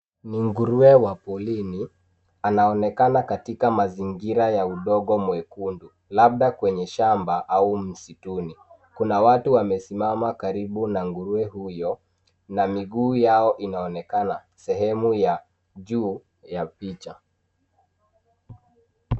Ni nguruwe wa porini anaonekana katika mazingira ya udongo mwekundu labda kwenye shamba au msituni. Kuna watu wamesimama karibu na nguruwe huyo na miguu yao inaonekana sehemu ya juu ya picha.